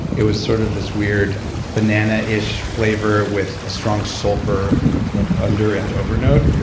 it was sort of this weird banana-ish flavor with a strong sulfur under and over note.